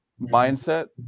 mindset